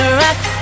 rock